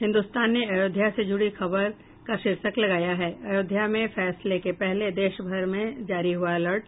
हिन्दुस्तान ने अयोध्या से जुड़ी खबर का शीर्षक लगाया है अयोध्या में फैसले से पहले देश भर में जारी हुआ अलर्ट